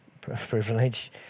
privilege